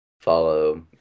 Follow